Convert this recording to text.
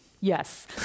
Yes